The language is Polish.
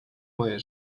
moje